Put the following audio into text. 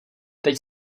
teď